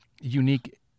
unique